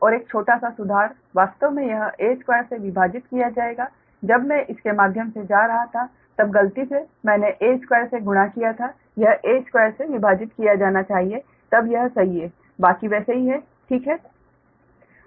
और एक छोटा सा सुधार वास्तव में यह a2 से विभाजित किया जाएगा जब मैं इसके माध्यम से जा रहा था तब गलती से मैंने a2 से गुणा किया था यह a2 से विभाजित किया जाना चाहिए तब यह सही है बाकी वैसे ही है ठीक है